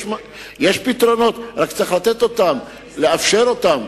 יש פתרונות, רק צריך לתת אותם, לאפשר אותם.